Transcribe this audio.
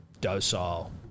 docile